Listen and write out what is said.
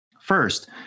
First